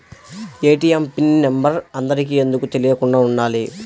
ATM PIN number అందరికి ఎందుకు తెలియకుండా ఉండాలి?